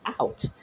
out